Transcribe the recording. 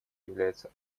является